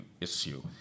issue